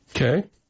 Okay